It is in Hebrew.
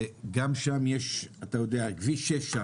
אתה יודע, יש שם את כביש 6,